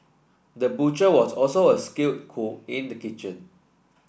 the butcher was also a skilled cook in the kitchen